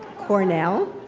cornell,